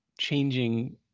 changing